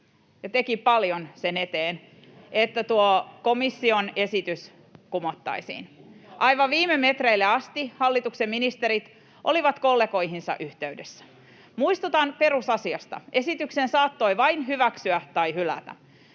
ja teki paljon sen eteen, että tuo komission esitys kumottaisiin. Aivan viime metreille asti hallituksen ministerit olivat kollegoihinsa yhteydessä. Muistutan perusasiasta: esityksen saattoi vain hyväksyä tai hylätä.